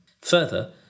Further